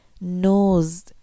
knows